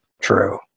true